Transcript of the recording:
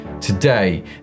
today